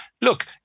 look